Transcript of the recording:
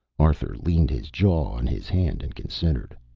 arthur leaned his jaw on his hand and considered.